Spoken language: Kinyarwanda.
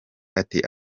ati